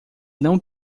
não